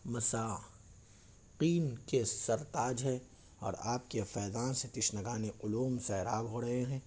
مساکین کے سرتاج ہیں اور آپ کے فیضاں سے تشنگان علوم سیراب ہو رہے ہیں